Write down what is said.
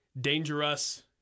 dangerous